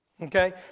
Okay